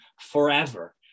forever